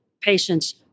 patients